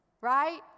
right